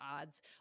odds